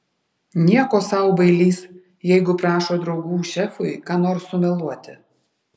nieko sau bailys jeigu prašo draugų šefui ką nors sumeluoti